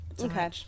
Okay